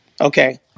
okay